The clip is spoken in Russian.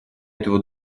этого